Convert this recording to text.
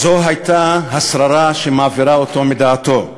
זו השררה שמעבירה אותו מדעתו.